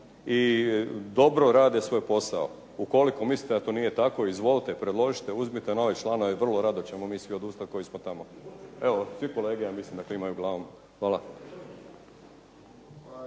i dobro rade svoj posao. Ukoliko mislite da to nije tako izvolite, predložite, uzmite nove članove, vrlo rado ćemo mi svi odustat koji smo tamo. Evo svi kolege ja mislim da kimaju glavom. Hvala.